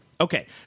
okay